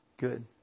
good